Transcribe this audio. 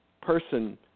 person